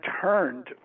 turned